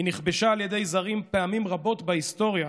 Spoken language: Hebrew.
היא נכבשה על ידי זרים פעמים רבות בהיסטוריה,